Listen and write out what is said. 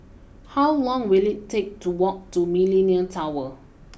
how long will it take to walk to Millenia Tower